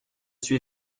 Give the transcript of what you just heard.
suis